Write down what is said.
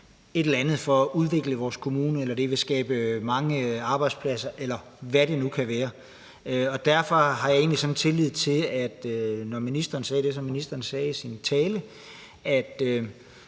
at bruge til at udvikle ens kommune, eller at det vil skabe mange arbejdspladser, eller hvad det nu kan være. Derfor har jeg egentlig tillid til det, ministeren sagde i sin tale, og